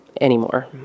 anymore